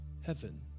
heaven